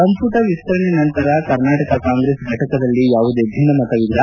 ಸಂಪುಟ ವಿಸ್ತರಣೆ ನಂತರ ಕರ್ನಾಟಕ ಕಾಂಗ್ರೆಸ್ ಫಟಕದಲ್ಲಿ ಯಾವುದೇ ಭಿನ್ನಮತ ಇಲ್ಲ